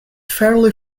fairly